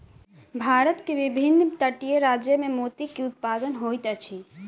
भारत के विभिन्न तटीय राज्य में मोती के उत्पादन होइत अछि